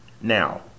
Now